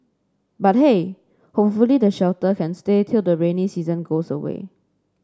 but hey hopefully the shelter can stay till the rainy season goes away